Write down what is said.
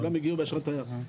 כן כולם הגיעו באשרת תייר.